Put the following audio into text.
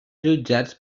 jutjats